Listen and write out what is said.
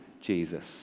Jesus